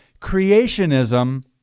creationism